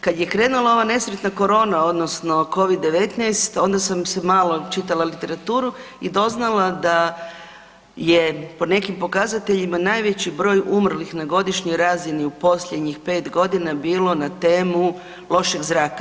Kad je krenula ova nesretna korona odnosno Covid-19 onda sam malo čitala literaturu i doznala da je po nekim pokazateljima najveći broj umrlih na godišnjoj razini u posljednjih 5 godina bilo na temu lošeg zraka.